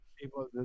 people